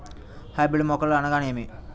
Hybrid మొక్కలు అనగానేమి?